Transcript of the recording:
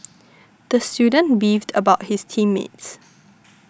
the student beefed about his team mates